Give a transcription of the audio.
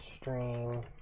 stream